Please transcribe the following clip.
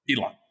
Elon